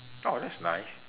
oh that's nice